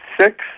six